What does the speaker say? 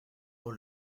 pour